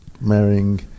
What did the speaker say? marrying